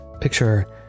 Picture